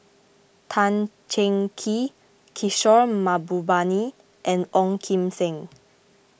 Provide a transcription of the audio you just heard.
Tan Cheng Kee Kishore Mahbubani and Ong Kim Seng